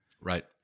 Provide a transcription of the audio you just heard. right